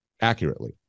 accurately